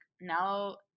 now